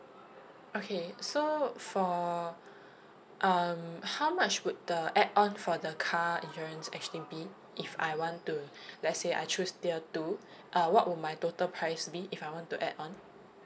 okay so for um how much would the add on for the car insurance actually be if I want to let's say I choose tier two uh what would my total price be if I want to add on